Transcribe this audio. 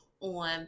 on